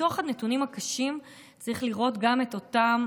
בתוך הנתונים הקשים צריך לראות גם את אותם